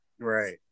right